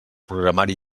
programari